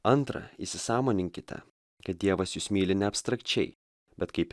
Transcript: antra įsisąmoninkite kad dievas jus myli ne abstrakčiai bet kaip